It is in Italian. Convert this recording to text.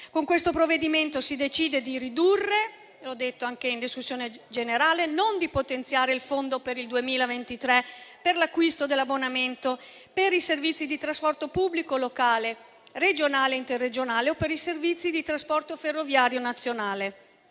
Con questo provvedimento si decide di ridurre - l'ho detto anche in discussione generale - e non di potenziare il fondo per il 2023 per l'acquisto dell'abbonamento per i servizi di trasporto pubblico locale, regionale e interregionale, o per i servizi di trasporto ferroviario nazionale.